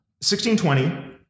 1620